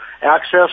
access